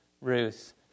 Ruth